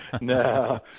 No